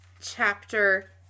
Chapter